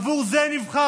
עבור זה נבחרתם?